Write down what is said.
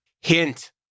Hint